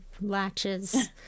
latches